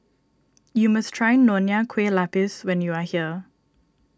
you must try Nonya Kueh Lapis when you are here